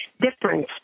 difference